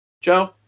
Joe